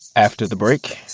after the break.